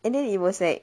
and then he was like